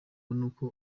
nuko